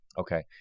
Okay